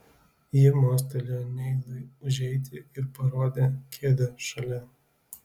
ji mostelėjo neilui užeiti ir parodė kėdę šalia